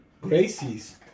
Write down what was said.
Gracie's